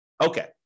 Okay